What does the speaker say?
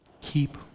Keep